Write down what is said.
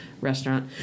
restaurant